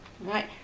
right